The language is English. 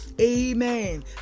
Amen